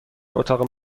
اتاق